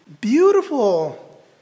beautiful